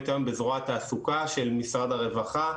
היום בזרוע התעסוקה של משרד הרווחה.